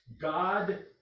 God